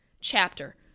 chapter